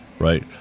right